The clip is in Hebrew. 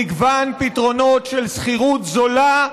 מגוון פתרונות של שכירות זולה,